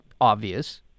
obvious